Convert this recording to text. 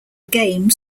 game